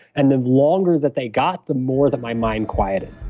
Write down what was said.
and the longer that they got the more that my mind quieted.